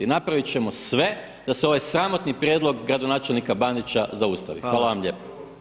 Napraviti ćemo sve, da se ovaj sramotni prijedlog gradonačelnika Bandića zaustavi, hvala vam lijepo.